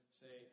say